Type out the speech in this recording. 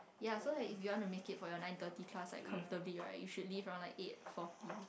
ya so like if you wanna make it for your nine thirty class like comfortably right you should leave around like eight forty